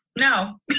no